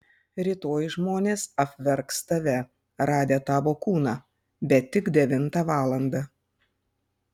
rytoj žmonės apverks tave radę tavo kūną bet tik devintą valandą